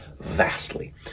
vastly